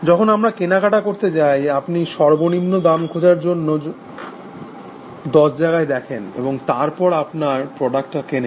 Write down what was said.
যখন আমরা কেনাকাটা করতে যাই আপনি সর্বনিম্ন দাম খোঁজার জন্য জন্য দশ জায়গা দেখেন এবং তারপর আপনার প্রোডাক্টটা কেনেন